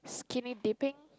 skinny dipping give